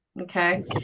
Okay